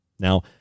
Now